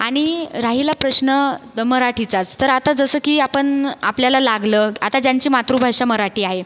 आणि राहिला प्रश्न मराठीचाच तर आता जसं की आपण आपल्याला लागलं आता ज्यांची मातृभाषा मराठी आहे